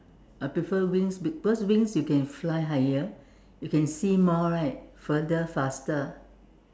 I prefer wings because wings you can fly higher you can see more right further faster